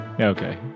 Okay